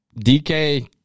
DK